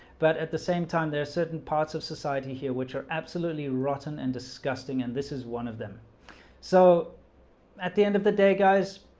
but at the same time there are certain parts of society here which are absolutely rotten and disgusting and this is one of them so at the end of the day guys.